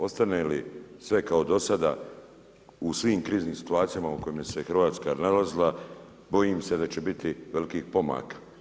Ostane li sve kao do sada u svim kriznim situacijama u kojima se Hrvatska nalazila bojim se da će biti velikih pomaka.